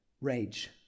Rage